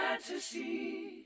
fantasy